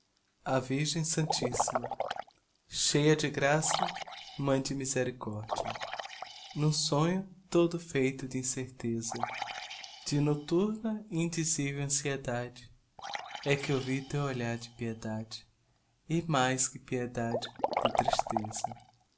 á virgem santissima cheia de graça mãe de misericordia n'um sonho todo feito de incerteza de nocturna e indizivel anciedade é que eu vi teu olhar de piedade e mais que piedade de tristeza